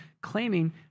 claiming